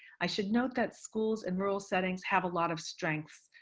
i should note that schools in rural settings have a lot of strengths,